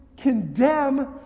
condemn